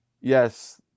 yes